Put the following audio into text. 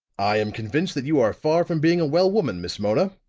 i am convinced that you are far from being a well woman, miss mona!